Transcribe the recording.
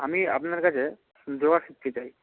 আমি আপনার কাছে যোগা শিখতে চাই